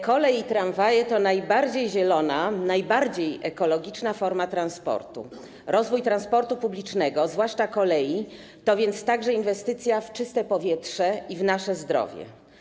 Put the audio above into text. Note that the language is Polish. Kolej i tramwaje to najbardziej zielona, najbardziej ekologiczna forma transportu, a więc rozwój transportu publicznego, zwłaszcza kolei, to także inwestycja w czyste powietrze i w nasze zdrowie.